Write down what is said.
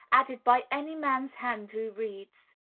added by any man's hand who reads.